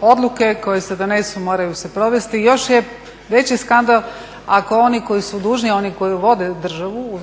odluke koje se donesu moraju se provesti. Još je veći skandal ako oni koji su dužni, oni koji vode državu,